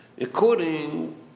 according